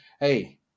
Hey